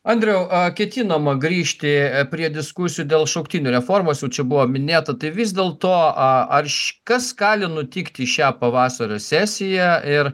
andriau a ketinama grįžti prie diskusijų dėl šauktinių reformos jau čia buvo minėta tai vis dėl to a arš kas gali nutikti šią pavasario sesiją ir